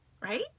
Right